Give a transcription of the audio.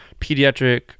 pediatric